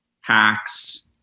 Hacks